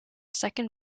second